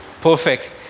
Perfect